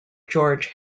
george